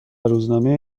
روزنامه